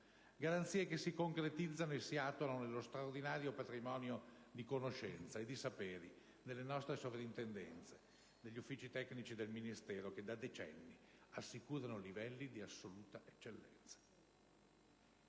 garanzie che si concretizzano e si attuano nello straordinario patrimonio di conoscenza e di saperi delle nostre Soprintendenze, degli uffici tecnici del Ministero che da decenni assicurano livelli di assoluta eccellenza.